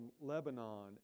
Lebanon